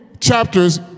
chapters